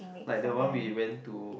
like that one we went to